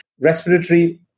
Respiratory